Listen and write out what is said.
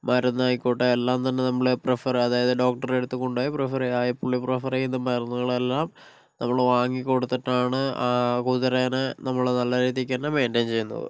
മരുന്നായിക്കോട്ടെ എല്ലാം തന്നെ നമ്മള് പ്രിഫറ് അതായത് ഡോക്ടറെടുത്ത് കൊണ്ട് പോയി പ്രിഫറ് ആയി പുള്ളി പ്രിഫറ് ചെയ്ത മരുന്നുകളെല്ലാം നമ്മള് വാങ്ങി കൊടുത്തിട്ടാണ് ആ കുതിരേനെ നമ്മള് നല്ല രീതിക്ക് തന്നെ മെയിൻറ്റയിൻ ചെയ്യുന്നത്